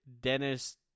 Dennis